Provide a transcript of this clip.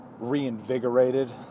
reinvigorated